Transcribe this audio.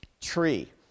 tree